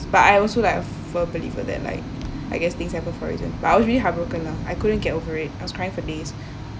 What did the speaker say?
but I'm also like a firm believer that like I guess things happened for reason but I was really heartbroken lah I couldn't get over it I was crying for days